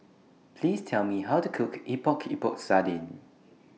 Please Tell Me How to Cook Epok Epok Sardin